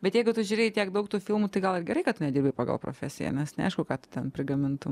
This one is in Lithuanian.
bet jeigu tu žiūrėjai tiek daug tų filmų tai gal ir gerai kad tu nedirbai pagal profesiją nes neaišku ką tu ten prigamintum